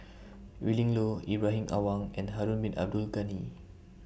Willin Low Ibrahim Awang and Harun Bin Abdul Ghani